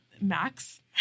Max